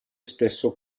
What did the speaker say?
spesso